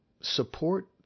support